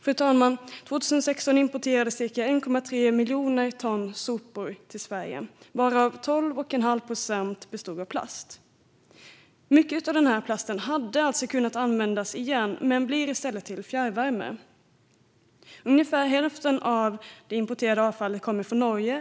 Fru talman! År 2016 importerades ca 1,3 miljoner ton sopor till Sverige, varav 12 1⁄2 procent bestod av plast. Mycket av plasten hade kunnat användas igen men blir i stället fjärrvärme. Ungefär hälften av det importerade avfallet kommer från Norge.